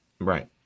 right